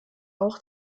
auch